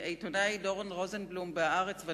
העיתונאי דורון רוזנבלום ב"הארץ" כתב עליו,